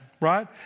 right